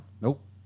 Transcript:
Nope